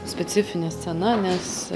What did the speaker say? specifinė scena nes